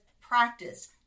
practice